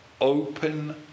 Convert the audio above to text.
open